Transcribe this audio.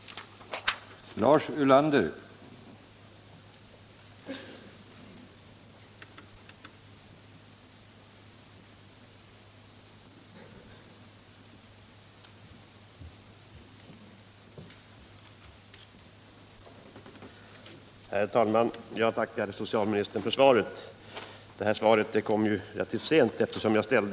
heter för riksbanken att bevilja bosättningslån